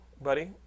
buddy